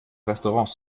restaurants